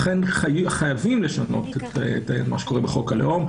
לכן חייבים לשנות את מה שקורה בחוק הלאום.